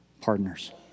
partners